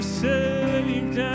saved